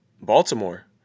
Baltimore